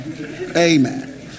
Amen